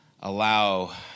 allow